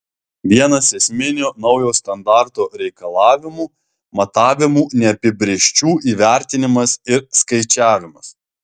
vienas esminių naujo standarto reikalavimų matavimų neapibrėžčių įvertinimas ir skaičiavimas